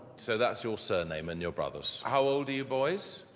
so that's your surname in your brother's. how old are you boys?